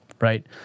right